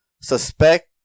Suspect